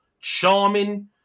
charming